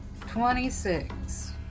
Twenty-six